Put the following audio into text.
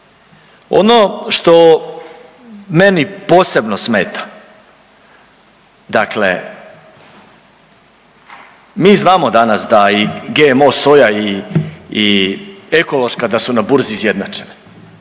Ono što meni posebno smeta, dakle mi znamo danas da i GMO soja i ekološka da su na burzi izjednačene,